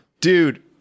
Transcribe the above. Dude